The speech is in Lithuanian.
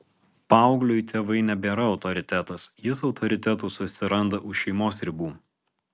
paaugliui tėvai nebėra autoritetas jis autoritetų susiranda už šeimos ribų